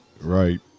Right